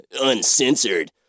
uncensored